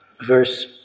Verse